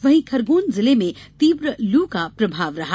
वहीं खरगौन जिले में तीव्र लू का प्रभाव रहा